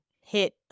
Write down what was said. hit